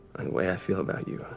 the way i feel about you.